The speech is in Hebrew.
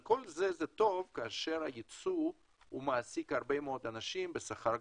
כל זה טוב כאשר הייצוא מעסיק הרבה אנשים בשכר גבוה.